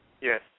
Yes